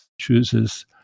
chooses